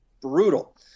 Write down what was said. brutal